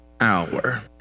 hour